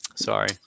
Sorry